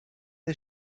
the